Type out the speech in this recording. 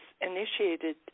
initiated